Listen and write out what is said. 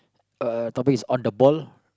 uh topic is on the ball